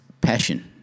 passion